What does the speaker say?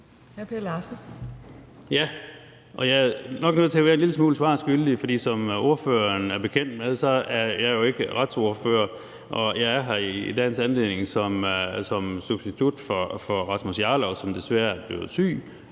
Jeg er nok nødt til at være en lille smule svar skyldig, for som ordføreren er bekendt med, er jeg jo ikke retsordfører, og jeg er her i dagens anledning som substitut for hr. Rasmus Jarlov, som desværre er blevet syg,